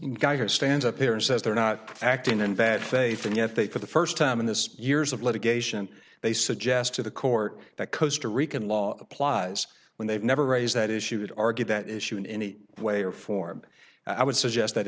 you guy who stands up there and says they're not acting in bad faith and yet they for the first time in this years of litigation they suggest to the court that kosta rican law applies when they've never raise that issue would argue that issue in any way or form i would suggest that